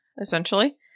Essentially